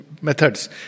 methods